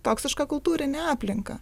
toksišką kultūrinę aplinką